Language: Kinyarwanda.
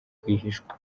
rwihishwa